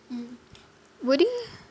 mm would you